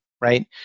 right